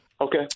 Okay